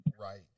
right